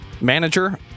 Manager